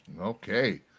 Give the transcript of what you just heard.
Okay